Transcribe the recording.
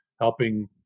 helping